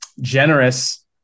generous